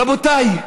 רבותיי,